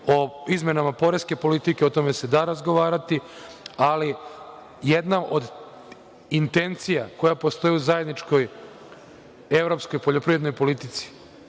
O izmenama poreske politike se da razgovarati, ali jedna od intencija koja postoji u zajedničkoj evropskoj poljoprivrednoj politici